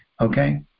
Okay